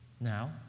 Now